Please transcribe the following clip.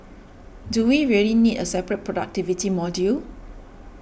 do we really need a separate productivity module